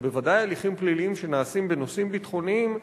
ובוודאי הליכים פליליים שנעשים בנושאים ביטחוניים,